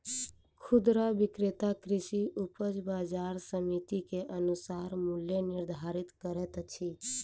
खुदरा विक्रेता कृषि उपज बजार समिति के अनुसार मूल्य निर्धारित करैत अछि